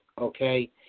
okay